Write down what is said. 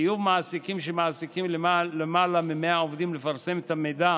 חיוב מעסיקים המעסיקים למעלה מ-100 עובדים לפרסם את המידע